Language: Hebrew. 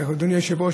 אדוני היושב-ראש,